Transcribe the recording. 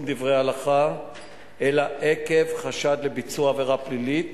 דברי הלכה אלא עקב חשד לביצוע עבירה פלילית: